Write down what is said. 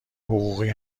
حقوقی